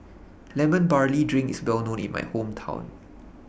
Lemon Barley Drink IS Well known in My Hometown